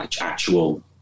actual